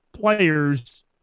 Players